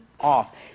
off